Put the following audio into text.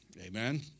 Amen